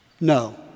No